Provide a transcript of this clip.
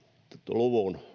luvun